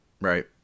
Right